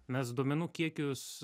mes duomenų kiekius